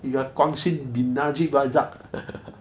you got guang shen bin najib razak